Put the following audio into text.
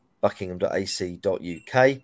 buckingham.ac.uk